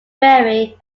berry